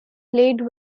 played